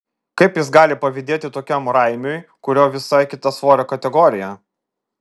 kaip jis gali pavydėti tokiam raimiui kurio visai kita svorio kategorija